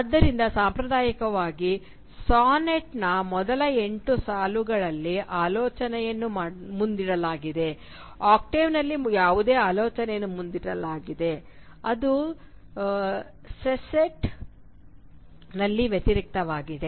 ಆದ್ದರಿಂದ ಸಾಂಪ್ರದಾಯಿಕ ಸಾನೆಟ್ನ ಮೊದಲ ಎಂಟು ಸಾಲುಗಳಲ್ಲಿ ಆಲೋಚನೆಯನ್ನು ಮುಂದಿಡಲಾಗಿದೆ ಆಕ್ಟೇವ್ನಲ್ಲಿ ಯಾವುದೇ ಆಲೋಚನೆಯನ್ನು ಮುಂದಿಡಲಾಗಿದೆ ಅದು ಸೆಸ್ಟೆಟ್ನಲ್ಲಿ ವ್ಯತಿರಿಕ್ತವಾಗಿರುತ್ತದೆ